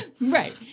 Right